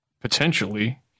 potentially